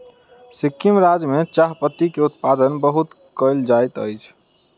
सिक्किम राज्य में चाह पत्ती के उत्पादन बहुत कयल जाइत अछि